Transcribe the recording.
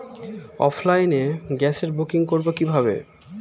অফলাইনে গ্যাসের বুকিং করব কিভাবে?